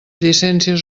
llicències